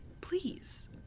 please